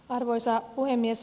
arvoisa puhemies